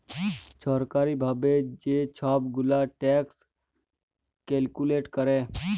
ছরকারি ভাবে যে ছব গুলা ট্যাক্স ক্যালকুলেট ক্যরে